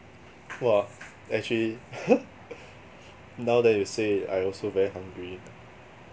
!wah! actually now that you say I also very hungry